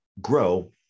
grow